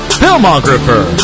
filmographer